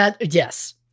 Yes